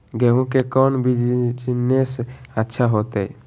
गेंहू के कौन बिजनेस अच्छा होतई?